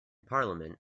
parliament